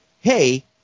hey